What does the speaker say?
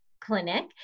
clinic